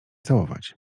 całować